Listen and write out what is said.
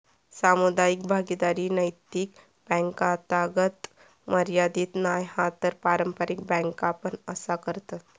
सामुदायिक भागीदारी नैतिक बॅन्कातागत मर्यादीत नाय हा तर पारंपारिक बॅन्का पण असा करतत